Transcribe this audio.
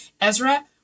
Ezra